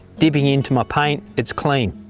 dipping into my paint. it's clean,